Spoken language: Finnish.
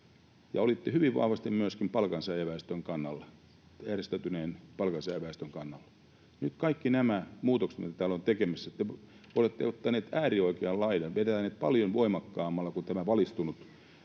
kannalla, järjestäytyneen palkansaajaväestön kannalla. Nyt kaikki nämä muutokset, mitä täällä ollaan tekemässä: te olette ottaneet äärioikean laidan ja vetäneet paljon voimakkaammalla kuin tämä valistunut